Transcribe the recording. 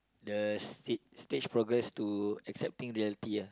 the stage stage progress to accepting reality ah